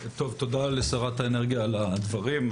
תודה לשרת האנרגיה על הדברים,